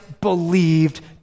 believed